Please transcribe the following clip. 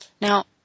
Now